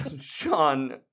Sean